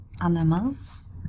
animals